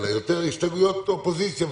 אלא יותר הסתייגויות אופוזיציה,